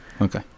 okay